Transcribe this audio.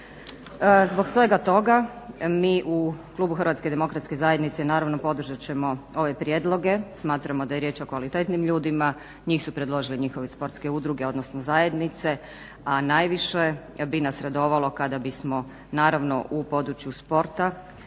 Zbog svega toga mi u klubu HDZ-a naravno podržat ćemo ove prijedloge. Smatramo da je riječ o kvalitetnim ljudima, njih su predložile njihove sportske udruge odnosno zajednice, a najviše bi nas radovalo kada bismo naravno u području sporta